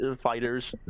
fighters